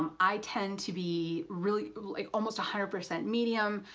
um i tend to be really almost a hundred percent medium.